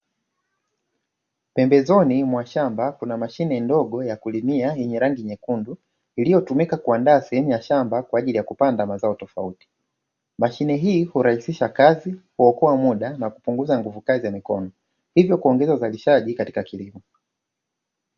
Pembezoni mwa shamba kuna mashine ndogo ya kulimia yenye rangi nyekundu iliyotumika kuandaa shamba kwa ajili ya kupanda mazao tofauti, mashine hii hurahisisha kazi, huokoa muda na kupunguza nguvu kazi ya mikono hivyo kuongeza uzalishaji katika kilimo.